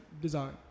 design